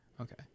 okay